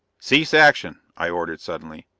cease action! i ordered suddenly.